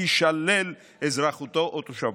תישלל אזרחותו או תושבותו.